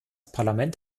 parlament